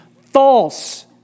False